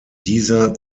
dieser